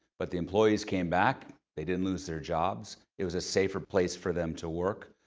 but the employees came back. they didn't lose their jobs. it was a safer place for them to work.